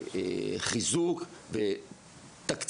דורש חיזוק ותקציבים,